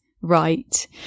right